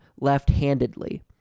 left-handedly